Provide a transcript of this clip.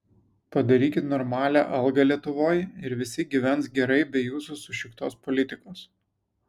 padarykit normalią algą lietuvoj ir visi gyvens gerai be jūsų sušiktos politikos